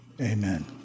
Amen